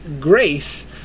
grace